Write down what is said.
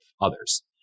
others